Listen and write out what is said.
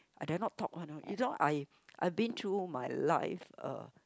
I dare not talk one ah you know I I been through my life uh